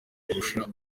kurusha